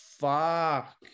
fuck